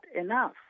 enough